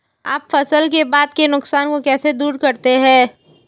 आप फसल के बाद के नुकसान को कैसे दूर करते हैं?